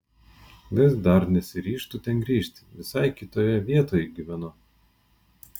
vis dar nesiryžtu ten grįžt visai kitoje vietoj gyvenu